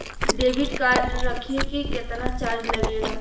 Debit card रखे के केतना चार्ज लगेला?